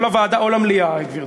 או לוועדה או למליאה, גברתי.